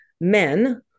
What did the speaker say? men